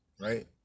right